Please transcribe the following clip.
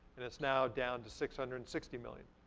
and it's now down to six hundred and sixty million.